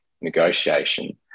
negotiation